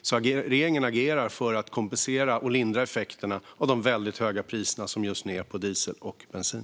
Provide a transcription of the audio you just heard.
Så regeringen agerar för att kompensera och lindra effekterna av de väldigt höga priser som just nu är på diesel och bensin.